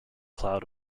cloud